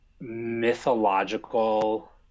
mythological